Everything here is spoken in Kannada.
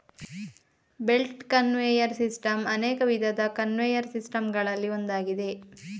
ಬೆಲ್ಟ್ ಕನ್ವೇಯರ್ ಸಿಸ್ಟಮ್ ಅನೇಕ ವಿಧದ ಕನ್ವೇಯರ್ ಸಿಸ್ಟಮ್ ಗಳಲ್ಲಿ ಒಂದಾಗಿದೆ